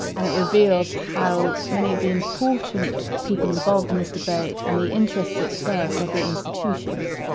and it reveals how many of the important people involved in this debate and the interests it serves are the institution's.